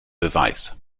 beweis